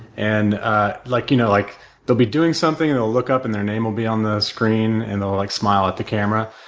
and ah like you know, like they'll be doing something, and they'll look up, and their name will be on the screen, and they'll like smile at the camera.